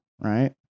right